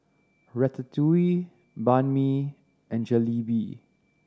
Ratatouille Banh Mi and Jalebi